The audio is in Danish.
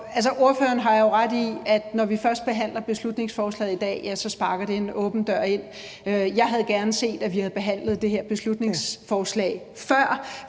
når vi først behandler beslutningsforslaget i dag, sparker det en åben dør ind. Jeg havde gerne set, at vi havde behandlet det her beslutningsforslag før,